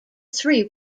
three